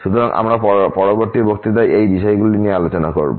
সুতরাং আমরা পরবর্তী বক্তৃতায় এই বিষয়গুলি নিয়ে আলোচনা করবো